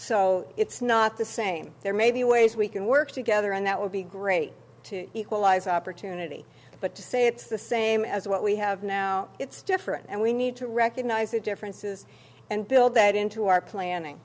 so it's not the same there may be ways we can work together and that would be great to equalize opportunity but to say it's the same as what we have now it's different and we need to recognise the differences and build that into our planning